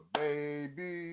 baby